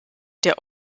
der